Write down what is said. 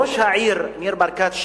ראש העיר ניר ברקת,